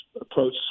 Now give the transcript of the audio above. approach